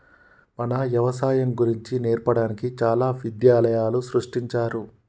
మన యవసాయం గురించి నేర్పడానికి చాలా విద్యాలయాలు సృష్టించారు